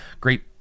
great